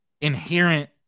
inherent